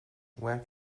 where